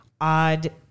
odd